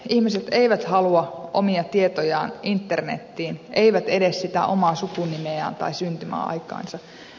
ihmiset eivät halua omia tietojaan internetiin eivät edes sitä omaa sukunimeään tai syntymäaikaansa